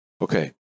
Okay